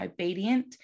obedient